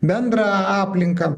bendrą aplinką